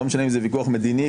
לא משנה אם זה ויכוח מדיני,